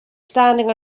standing